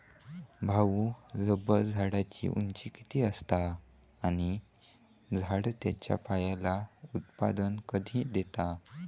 भाऊ, रबर झाडाची उंची किती असता? आणि झाड त्याचा पयला उत्पादन कधी देता?